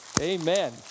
Amen